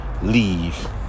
Leave